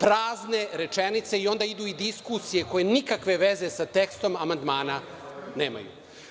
prazne rečenice i onda idu i diskusije koje nikakve veze sa tekstom amandmana nemaju.